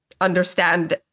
understand